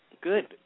Good